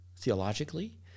theologically